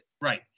Right